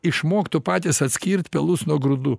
išmoktų patys atskirt pelus nuo grūdų